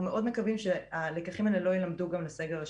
מאוד מקווים שהלקחים האלה לא יילמדו גם לסגר השלישי.